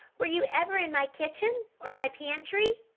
were you ever in my kitchen? or my pantry?